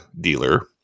dealer